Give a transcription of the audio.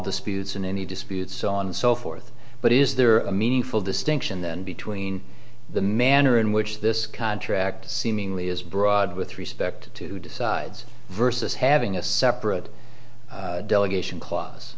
disputes and any disputes on so forth but is there a meaningful distinction then between the manner in which this contract seemingly is broad with respect to decides versus having a separate delegation cla